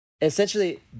essentially